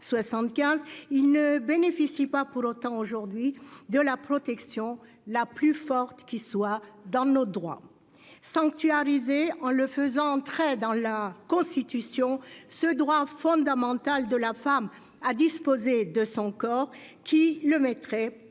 il ne bénéficie pas pour autant de la protection la plus forte qu'offre notre droit. Sanctuariser, en le faisant entrer dans la Constitution, ce droit fondamental de la femme à disposer de son corps le mettrait à l'abri